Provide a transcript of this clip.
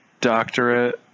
Doctorate